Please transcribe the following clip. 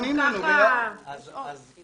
יש עוד.